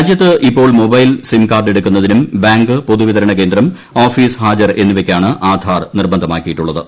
രാജ്യത്ത് ഇപ്പോൾ mobile sim card എടുക്കുന്നതിനും ബാങ്ക് പൊതുവിതരണ കേന്ദ്രം ഓഫീസ് ഹാജർ എന്നിവയ്ക്കാണ് ആധാർ നിർബന്ധമാക്കിയിട്ടുള്ളത്